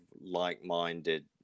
like-minded